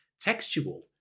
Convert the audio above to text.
textual